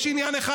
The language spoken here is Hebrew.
יש עניין אחד.